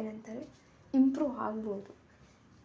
ಏನಂತಾರೆ ಇಂಪ್ರೂ ಆಗ್ಬೋದು